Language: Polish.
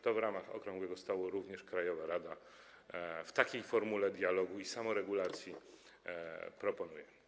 To w ramach okrągłego stołu również krajowa rada w takiej formule dialogu i samoregulacji proponuje.